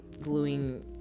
gluing